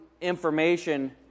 information